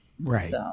Right